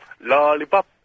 lollipop